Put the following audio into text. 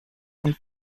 von